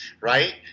right